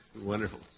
wonderful